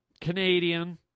Canadian